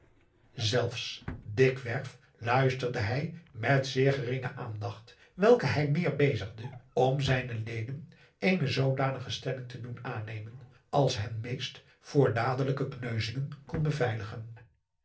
zelfs dikwerf luisterde hij met zeer adriaan loosjes pzn het leven van johannes wouter blommesteyn geringe aandacht welke hij meer bezigde om zijne leden eene zoodanige stelling te doen aannemen als hen meest voor dadelijke kneuzingen kon